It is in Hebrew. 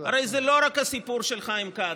הרי זה לא רק הסיפור של חיים כץ,